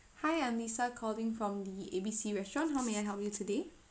hi I'm lisa calling from the A B C restaurant how may I help you today